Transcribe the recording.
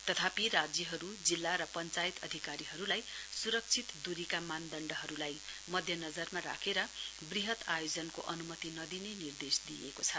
तथापि राज्यहरू जिल्ला र पञ्चायत अधिकारीहरूलाई सुरक्षित दूरीका मानदण्डहरूलाई मध्यनजरमा राखेर वृहत आयोजनको अनुमति नदिने निर्देश दिइएको छ